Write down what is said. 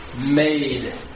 made